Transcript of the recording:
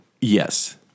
Yes